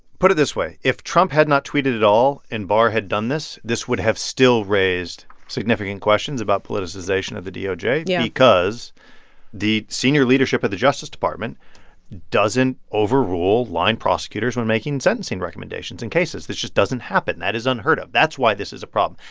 put it this way if trump had not tweeted at all and barr had done this, this would have still raised significant questions about politicization of the doj. yeah. because the senior leadership at the justice department doesn't overrule line prosecutors when making sentencing recommendations in cases. that just doesn't happen. that is unheard of. that's why this is a problem.